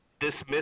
Dismiss